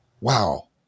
wow